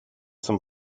zum